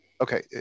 Okay